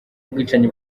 bwicanyi